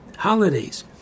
Holidays